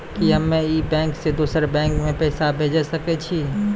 कि हम्मे इस बैंक सें दोसर बैंक मे पैसा भेज सकै छी?